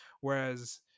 whereas